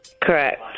Correct